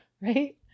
right